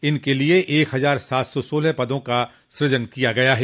उनके लिये एक हजार सात सौ सोलह पदों का सूजन किया गया है